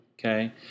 Okay